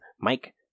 Mike